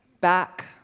back